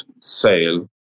sale